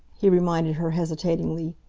he reminded her hesitatingly,